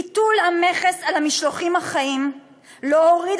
ביטול המכס על המשלוחים החיים לא הוריד